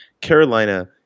Carolina